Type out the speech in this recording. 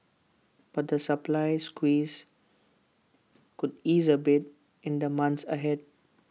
but the supply squeeze could ease A bit in the months ahead